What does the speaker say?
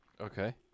Okay